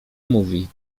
mówi